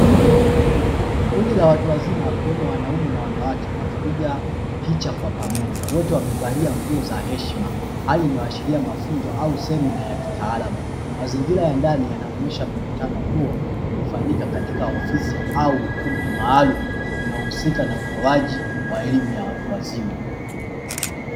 Kundi la watu wazima wakiwemo wanaume na wanawake wakipiga picha kwa pamoja, wote wamevalia nguo za heshima, hali inayo ashiria mafunzo au semina ya kitaalamu, mazingira ya ndani yanaonyesha mkutano huo ulifanyika katika ofisi au ukumbi maalumu unaohusika na utoaji wa elimu ya watu wazima.